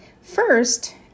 First